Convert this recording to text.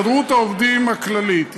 הסתדרות העובדים הכללית,